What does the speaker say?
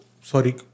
sorry